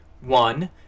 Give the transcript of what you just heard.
One